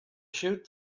shoot